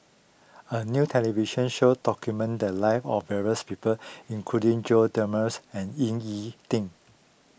a new television show documented the live of various people including Jose D'Almeidas and Ying E Ding